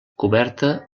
coberta